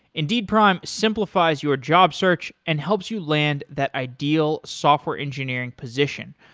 indeed prime simplifies your job search and helps you land that ideal software engineering position.